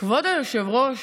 כבוד היושב-ראש,